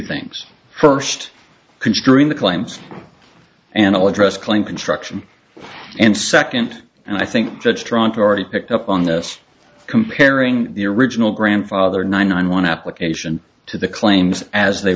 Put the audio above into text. things first considering the claims and all address claim construction and second and i think judge toronto already picked up on this comparing the original grandfather nine want to application to the claims as they